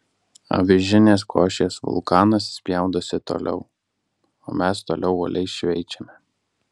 avižinės košės vulkanas spjaudosi toliau o mes toliau uoliai šveičiame